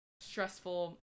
stressful